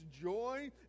joy